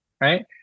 right